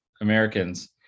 Americans